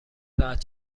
ساعت